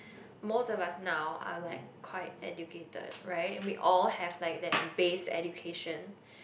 most of us now are like quite educated right and we all have like that base education